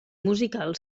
musical